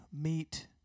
meet